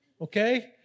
Okay